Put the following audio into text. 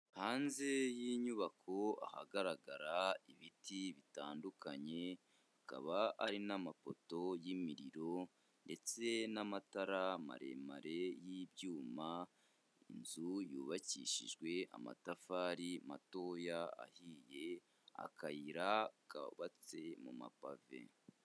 Hanze y'inyubako ahagaragara ibiti bitandukanye akaba, hakaba hari n'amapoto y'imiriro ndetse n'amatara maremare y'ibyuma, inzu yubakishijwe amatafari matoya ahiye, akayira kubatse mu mapave.